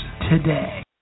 today